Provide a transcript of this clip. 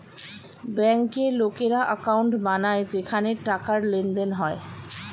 ব্যাংকে লোকেরা অ্যাকাউন্ট বানায় যেখানে টাকার লেনদেন হয়